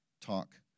talk